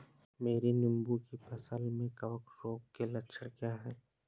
मेरी नींबू की फसल में कवक रोग के लक्षण क्या है?